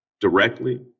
directly